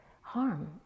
harm